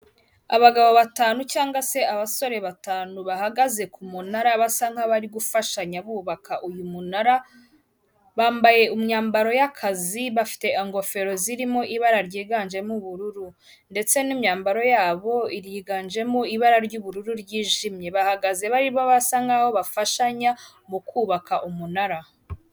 Abagabo batanu cyangwa se abasore batanu bahagaze ku munara basa nk'abari gufashanya bubaka uyu munara, bambaye imyambaro y'akazi bafite ingofero zirimo ibara ryiganjemo ubururu ndetse n'imyambaro yabo iriganjemo ibara ry'ubururu ryijimye, bahagaze baririmo basa nk'aho bafashanya mu kubaka umunara.